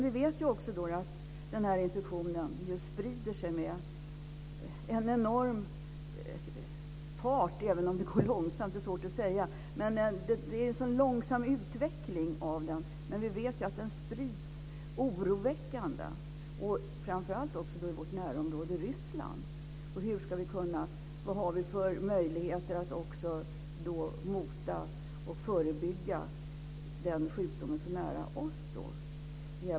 Vi vet också att infektionen sprider sig med en enorm fart även om det går långsamt. Det är svårt att säga. Det är en sådan långsam utveckling av sjukdomen. Men vi vet att den sprids på ett oroväckande sätt. Det gäller framför allt i vårt närområde i Ryssland. Vad har vi för möjligheter att mota och förebygga den sjukdomen så nära oss?